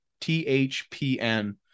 THPN